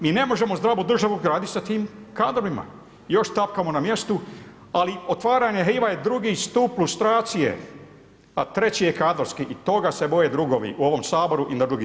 Mi ne možemo zdravu državu graditi sa tim kadrovima, još tapkamo na mjestu, ali otvaranje arhiva je drugi stup lustracije, a treći je kadrovski i toga se boje drugovi u ovom Saboru i na drugim mjestima.